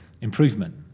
improvement